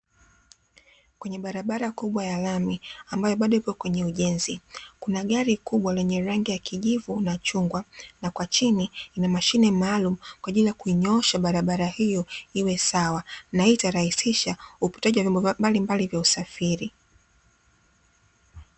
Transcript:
Kwenye barabara kubwa ya lami ambayo bado ipo kwenye ujenzi, kuna gari kubwa lenye rangi ya kijivu na chungwa na chini ina mashine maalumu kwa ajili ya kuinyoosha barabara hiyo iwe sawa, na hii itarahisisha upitaji wa vyombo mbalimbali vya usafiri.